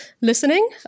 listening